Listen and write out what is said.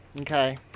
Okay